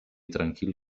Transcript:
tranquil